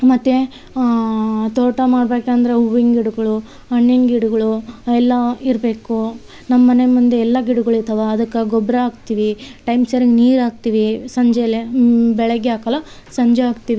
ಮತ್ತು ತೋಟ ಮಾಡಬೇಕಂದ್ರೆ ಹೂವಿನ್ ಗಿಡಗಳು ಹಣ್ಣಿನ್ ಗಿಡಗಳು ಎಲ್ಲ ಇರಬೇಕು ನಮ್ಮಮನೆ ಮುಂದೆ ಎಲ್ಲ ಗಿಡಗಳು ಇದಾವೆ ಅದಕ್ಕೆ ಗೊಬ್ಬರ ಹಾಕ್ತೀವಿ ಟೈಮ್ ಸರಿಯಾಗಿ ನೀರು ಹಾಕ್ತಿವಿ ಸಂಜೆಲೇ ಬೆಳಗ್ಗೆ ಹಾಕೋಲ್ಲ ಸಂಜೆ ಹಾಕ್ತಿವಿ